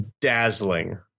dazzling